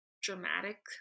dramatic